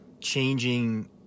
changing